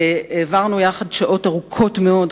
העברנו יחד שעות ארוכות מאוד,